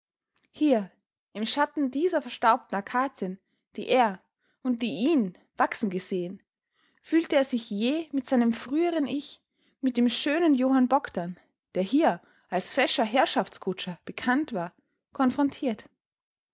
hier im schatten dieser verstaubten akazien die er und die ihn wachsen gesehen fühlte er sich jäh mit seinem früheren ich mit dem schönen johann bogdn der hier als fescher herrschaftskutscher bekannt war konfrontiert